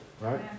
right